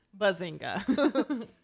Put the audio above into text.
Bazinga